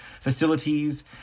facilities